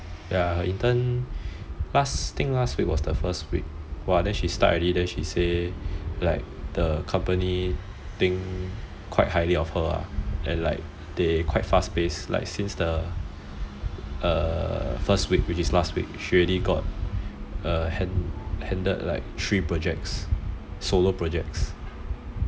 ya her intern last thing last week think was the first week then she start already then she say like the company think quite highly of her ah and like they quite fast paced like since the err first week which is last week she already got hand~ handed like three projects solo projects